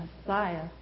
Messiah